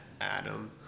Adam